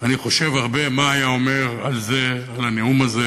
אני חושב הרבה מה היה אומר על זה, על הנאום הזה,